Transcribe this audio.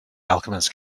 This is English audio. alchemist